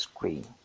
screen